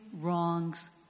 wrongs